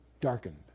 darkened